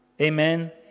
Amen